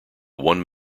one